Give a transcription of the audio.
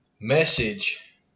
message